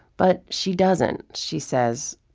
but she doesn't, she says,